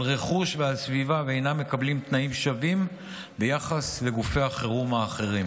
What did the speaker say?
על רכוש ועל סביבה ואינם מקבלים תנאים שווים ביחס לגופי החירום האחרים,